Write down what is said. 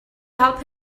help